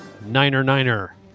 niner-niner